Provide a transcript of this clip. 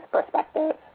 perspective